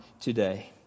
today